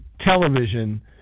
television